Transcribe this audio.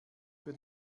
für